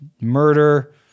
murder